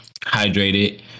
hydrated